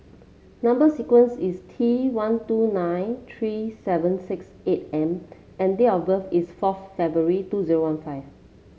number sequence is T one two nine three seven six eight M and date of birth is forth February two zero one five